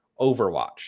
Overwatch